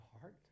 heart